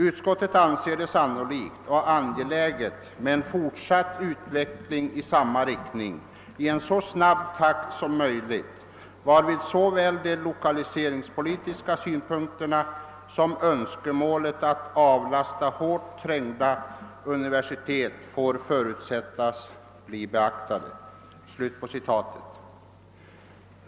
Utskottet anser det sannolikt och angeläget med en fortsatt utveckling i samma riktning i så snabb takt som möjligt, varvid såväl de lokaliseringspolitiska synpunkterna som önskemålet att avlasta hårt trängda universitet får förutsättas bli beaktade.» .